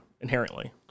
inherently